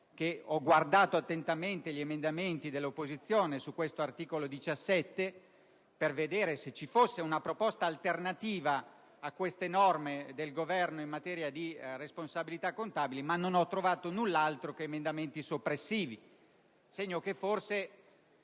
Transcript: che ho esaminato attentamente gli emendamenti dell'opposizione sull'articolo 17, per valutare se ci fosse una proposta alternativa alle norme del Governo in materia di responsabilità contabili, ma non ho trovato null'altro che emendamenti soppressivi. Ciò è forse